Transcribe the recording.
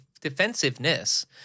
defensiveness